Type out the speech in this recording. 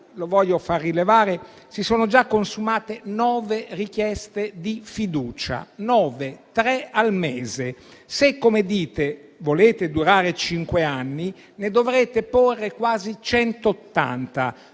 lo voglio far rilevare - si sono già consumate nove richieste di fiducia. Ripeto: nove, tre al mese. Se - come dite - volete durare cinque anni, ne dovrete porre quasi 180.